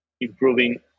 improving